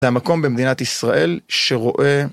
זה המקום במדינת ישראל שרואה